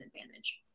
advantage